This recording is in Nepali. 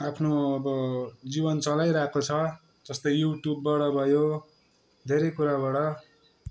आफ्नो अब जीवन चलाइरहेको छ जस्तो युट्युबबाट भयो धेरै कुराबाट